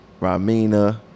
Ramina